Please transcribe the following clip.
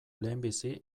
lehenbizi